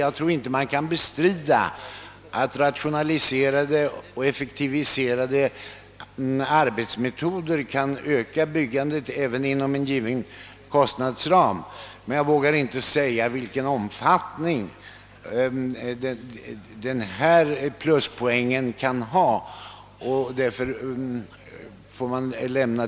Jag tror inte någon kan bestrida att rationaliserade och effektiviserade arbetsmetoder kan öka byggandet inom en given kostnadsram, men jag måste lämna öppet vilken betydelse denna pluspoäng kan ha.